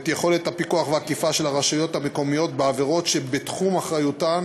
יכולת הפיקוח והאכיפה של הרשויות המקומיות בעבירות שבתחום אחריותן